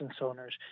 owners